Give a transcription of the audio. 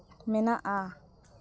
ᱢᱮᱱᱟᱜᱼᱟ